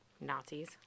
Nazis